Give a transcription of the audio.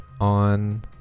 on